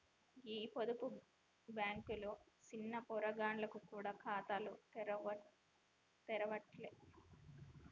గీ పొదుపు బాంకులు సిన్న పొలగాండ్లకు గూడ ఖాతాలు తెరవ్వట్టే